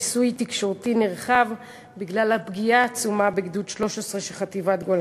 לכיסוי תקשורתי נרחב בגלל הפגיעה העצומה בגדוד 13 של חטיבת גולני.